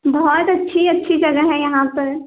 बहुत अच्छी अच्छी जगह है यहाँ पर